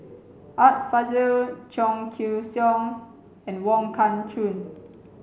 Art Fazil Cheong Siew Keong and Wong Kah Chun